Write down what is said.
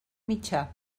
mitjà